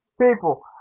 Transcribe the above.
People